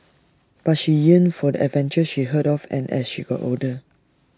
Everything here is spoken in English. but she yearned for the adventures she heard of and as she got older